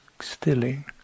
stilling